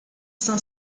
cinq